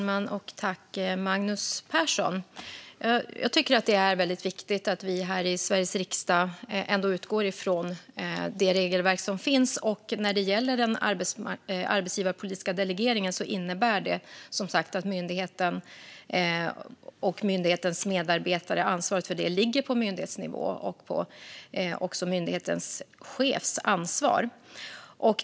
Fru talman! Jag tycker att det är väldigt viktigt att vi här i Sveriges riksdag utgår från det regelverk som finns. Den arbetsgivarpolitiska delegeringen innebär som sagt att ansvaret för myndigheten och dess medarbetare ligger på myndighetsnivå; det är myndighetens chefs ansvar.